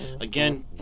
Again